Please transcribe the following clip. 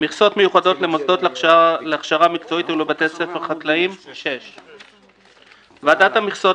"מכסות מיוחדות למוסדות להכשרה מקצועית ולבתי ספר חקלאיים ועדת המכסות,